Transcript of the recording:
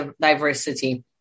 diversity